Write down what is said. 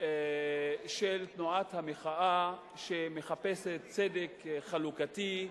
של תנועת המחאה, שמחפשת צדק חלוקתי,